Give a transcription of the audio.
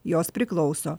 jos priklauso